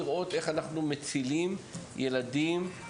בואו תנסו לראות איך באמת תשלחו איזשהו מנשר,